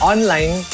Online